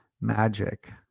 magic